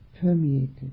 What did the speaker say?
permeated